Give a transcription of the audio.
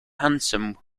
handsome